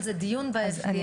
יש